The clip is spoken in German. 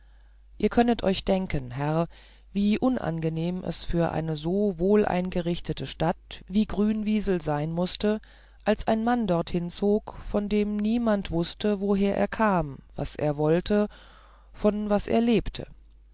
ihr könnet euch denken herr wie unangenehm es für eine so wohleingerichtete stadt wie grünwiesel sein mußte als ein mann dorthin zog von dem niemand wußte woher er kam was er wollte von was er lebte